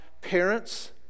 parents